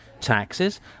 taxes